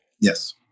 Yes